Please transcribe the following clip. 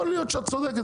יכול להיות שאת צודקת,